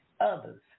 others